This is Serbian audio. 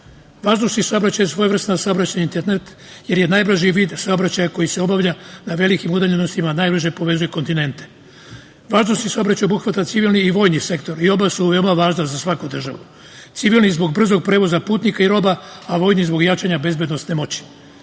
Vazdušni saobraćaj je svojevrsni saobraćajni internet, jer je najbrži vid saobraćaja koji se obavlja na velikim udaljenostima, najbrže povezuje kontinente. Vazdušni saobraćaj obuhvata civilni i vojni sektor i oba su veoma važna za svaku državu, civilni zbog brzog prevoza putnika i roba, a vojni zbog jačanja bezbednosne moći.